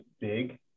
big